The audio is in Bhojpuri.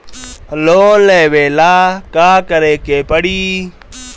लोन लेवे ला का करे के पड़ी?